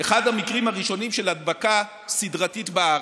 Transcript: אחד המקרים הראשונים של הדבקה סדרתית בארץ,